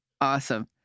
Awesome